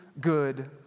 good